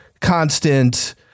constant